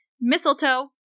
Mistletoe